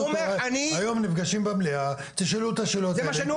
היום אנחנו נפגשים במליאה תשאלו את השאלות האלה,